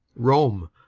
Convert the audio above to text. rome.